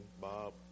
Bob